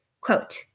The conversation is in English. Quote